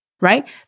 right